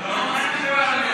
הזמן,